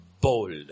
bold